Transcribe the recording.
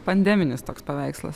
pandeminis toks paveikslas